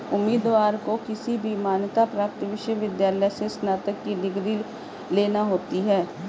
उम्मीदवार को किसी भी मान्यता प्राप्त विश्वविद्यालय से स्नातक की डिग्री लेना होती है